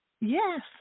yes